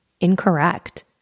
incorrect